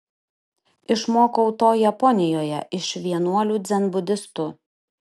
išmokau to japonijoje iš vienuolių dzenbudistų